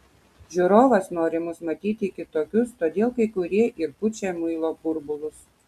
žiūrovas nori mus matyti kitokius todėl kai kurie ir pučia muilo burbulus